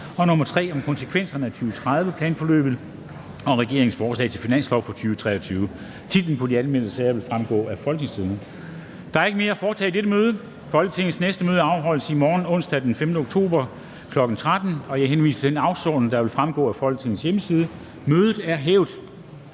finansåret 2025. (Konsekvenser af 2030-planforløb og regeringens forslag til finanslov for 2023 m.v.)). Titler på de anmeldte sager vil fremgå af www.folketingstidende.dk (jf. ovenfor). Der er ikke mere at foretage i dette møde. Folketingets næste møde afholdes i morgen, onsdag den 5. oktober, kl. 13.00. Jeg henviser til den dagsorden, der vil fremgå af Folketingets hjemmeside. Mødet er hævet.